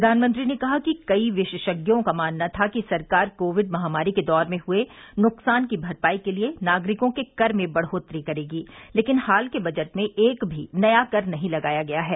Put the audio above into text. प्रधानमंत्री ने कहा कि कई विशेषज्ञों का मानना था कि सरकार कोविड महामारी के दौर में हुए नुकसान की भरपाई के लिए नागरिकों के कर में बढ़ोतरी करेगी लेकिन हाल के बजट में एक भी नया कर नहीं लगाया गया है